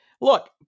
look